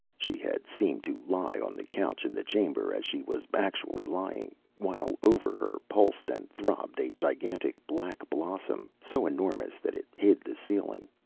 she had seemed to lie on the couch in the chamber as she was actually lying, while over her pulsed and throbbed a gigantic black blossom so enormous that it hid the ceiling.